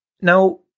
now